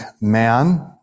man